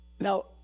now